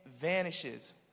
vanishes